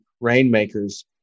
rainmakers